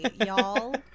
y'all